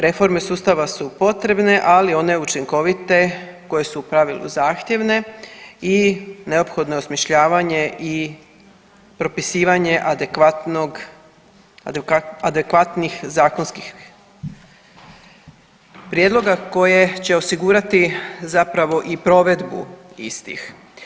Reforme sustava su potrebne, ali one učinkovite koje su u pravilu zahtjevne i neophodno je osmišljavanje i propisivanje adekvatnog, adekvatnih zakonskih prijedloga koje će osigurati zapravo i provedbu istih.